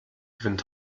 gewinnen